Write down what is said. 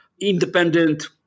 independent